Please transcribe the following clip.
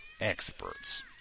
experts